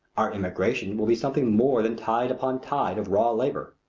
our immigration will be something more than tide upon tide of raw labor.